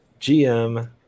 GM